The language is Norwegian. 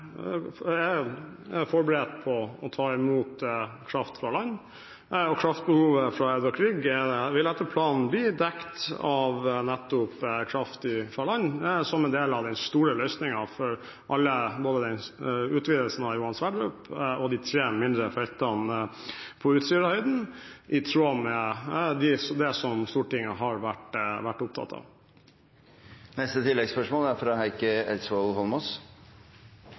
forberedt på å ta imot kraft fra land. Kraftbehovet på Edvard Grieg-feltet vil etter planen bli dekket av nettopp kraft fra land, som en del av den store løsningen for alle utvidelsene av Johan Sverdrup-feltet og de tre mindre feltene på Utsirahøyden, i tråd med det som Stortinget har vært opptatt av. Heikki Eidsvoll Holmås – til oppfølgingsspørsmål. Det snakkes stadig om et grønt skifte fra